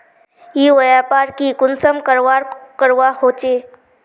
ई व्यापार की कुंसम करवार करवा होचे?